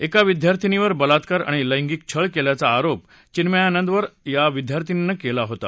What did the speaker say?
एका विद्यार्थिनीवर बलात्कार आणि लैगिंक छळ केल्याचा आरोप चिन्मयानंदावर या विद्यार्थिनीनं केला होता